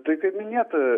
tai kaip minėta